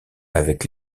avec